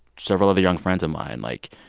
several other young friends of mine, like,